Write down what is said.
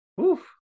Oof